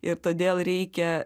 ir todėl reikia